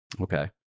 Okay